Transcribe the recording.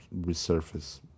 resurface